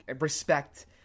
respect